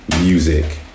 music